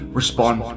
respond